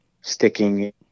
sticking